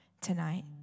tonight